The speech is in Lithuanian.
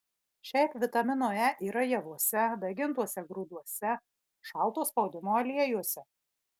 šiaip vitamino e yra javuose daigintuose grūduose šalto spaudimo aliejuose